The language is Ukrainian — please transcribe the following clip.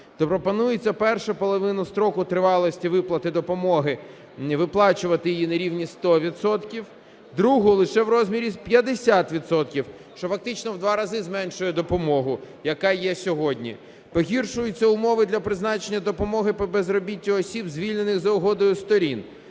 то пропонується першу половину строку тривалості виплати допомоги виплачувати її на рівні 100 відсотків, другу – лише в розмірі 50 відсотків, що фактично в два рази зменшує допомогу, яка є сьогодні. Погіршуються умови для призначення допомоги по безробіттю осіб, звільнених за угодою сторін.